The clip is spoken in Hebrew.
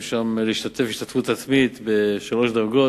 שם להשתתף השתתפות עצמית בשלוש דרגות,